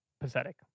pathetic